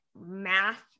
math